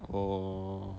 oh